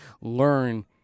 learn